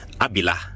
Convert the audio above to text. Abila